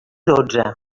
dotze